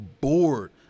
bored